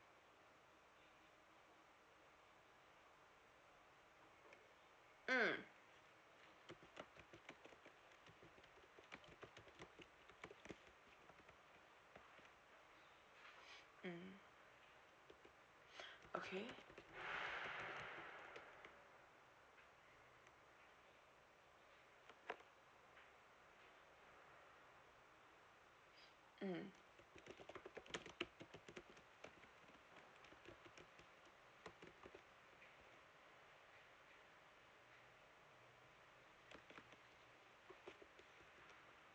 mm mm okay mm